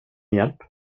hjälp